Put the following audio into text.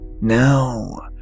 now